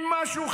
אם משהו,